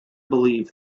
believed